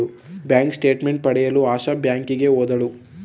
bank statement ಪಡೆಯಲು ಆಶಾ ಬ್ಯಾಂಕಿಗೆ ಹೋದಳು